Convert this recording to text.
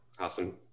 Awesome